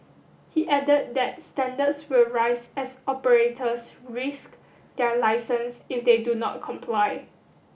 he added that standards will rise as operators risk their licence if they do not comply